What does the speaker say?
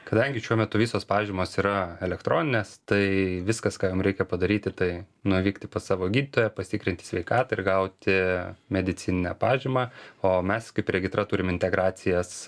kadangi šiuo metu visos pažymos yra elektroninės tai viskas ką jum reikia padaryti tai nuvykti pas savo gydytoją pasitikrinti sveikatą ir gauti medicininę pažymą o mes kaip regitra turime integracijas